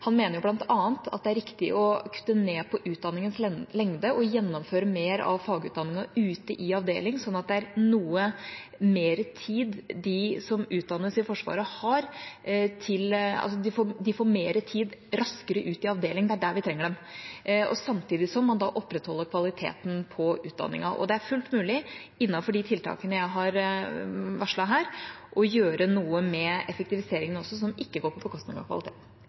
Han mener bl.a. at det er riktig å kutte ned på utdanningens lengde og gjennomføre mer av fagutdanningen ute i avdeling, sånn at de som utdannes i Forsvaret, raskere får mer tid ute i avdeling – det er der vi trenger dem – samtidig som man opprettholder kvaliteten på utdanningen. Det er også fullt mulig – innenfor de tiltakene jeg har varslet her – å gjøre noe med effektiviseringen, som ikke går på bekostning av kvalitet.